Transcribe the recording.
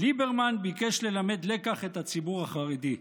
"ליברמן ביקש ללמד לקח את הציבור החרדי".